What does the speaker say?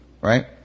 right